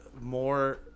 more